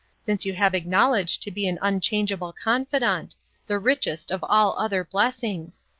since you have acknowledged to be an unchangeable confidant the richest of all other blessings.